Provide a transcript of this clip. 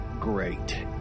great